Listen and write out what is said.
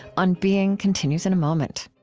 on being continues in a moment